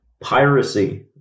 piracy